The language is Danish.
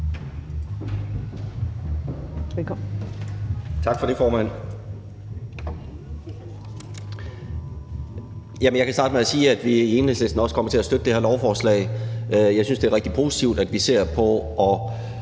Tak for det, formand. Jeg kan starte med at sige, at vi i Enhedslisten også kommer til at støtte det her lovforslag. Jeg synes, det er rigtig positivt, at vi ser på at